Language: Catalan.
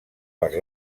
per